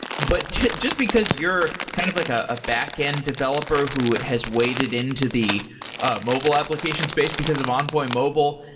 but just because you're kind of like a backend developer who has waded into the ah mobile application space because of envoy mobile,